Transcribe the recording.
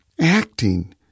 acting